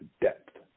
depth